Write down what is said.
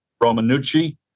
Romanucci